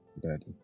Daddy